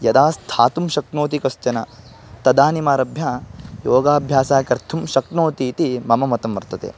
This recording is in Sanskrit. यदा स्थातुं शक्नोति कश्चन तदानिमारभ्य योगाभ्यासः कर्तुं शक्नोति इति मम मतं वर्तते